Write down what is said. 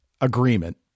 agreement